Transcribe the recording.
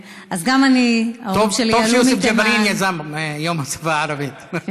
טוב שיוסף ג'בארין יזם יום בערבית.